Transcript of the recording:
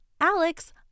Alex